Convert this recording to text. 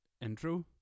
intro